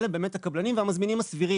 אלה באמת הקבלנים והמזמינים הסבירים,